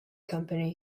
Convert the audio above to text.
company